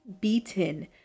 beaten